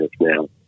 now